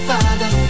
Father